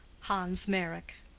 hans meyrick.